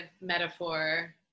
metaphor